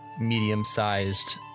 medium-sized